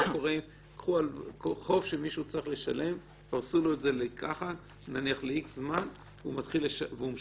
מה קורה עם חוב שמישהו צריך לשלם ופרסו לו את זה ל-X זמן והוא משלם,